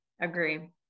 Agree